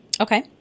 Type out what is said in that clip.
Okay